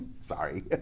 Sorry